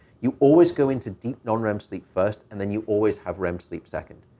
you always go into deep non-rem sleep first and then you always have rem sleep second.